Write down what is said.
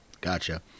gotcha